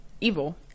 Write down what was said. evil